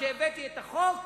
כשהבאתי את החוק,